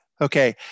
Okay